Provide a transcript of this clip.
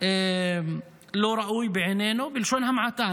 לא ראוי בעינינו, בלשון המעטה.